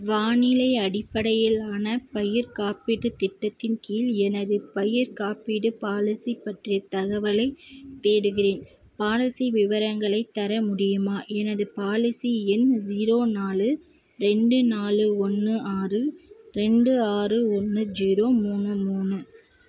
வானிலை அடிப்படையிலான பயிர் காப்பீட்டுத் திட்டத்தின் கீழ் எனது பயிர்க் காப்பீடு பாலிசி பற்றிய தகவலை தேடுகிறேன் பாலிசி விவரங்களைத் தர முடியுமா எனது பாலிசி எண் ஜீரோ நாலு ரெண்டு நாலு ஒன்று ஆறு ரெண்டு ஆறு ஒன்று ஜீரோ மூணு மூணு